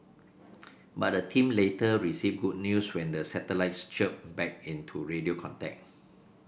but the team later received good news when the satellites chirped back into radio contact